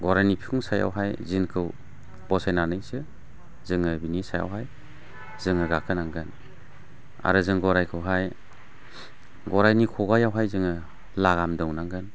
गराइनि बिखुं सायावहाय जिनखौ बसायनानैसो जोङो बिनि सायावहाय जोङो गाखोनांगोन आरो जों गराइखौहाय गराइनि खुगायावहाय जोङो लागाम दौनांगोन